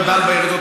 גדל בעיר הזאת,